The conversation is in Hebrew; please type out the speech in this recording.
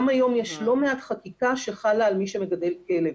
גם היום יש לא מעט חקיקה שחלה על מי שמגדל כלב.